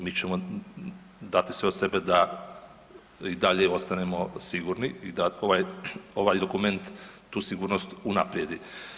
Mi ćemo dati sve od sebe da i dalje ostanemo sigurni i da ovaj dokument tu sigurnost unaprijedi.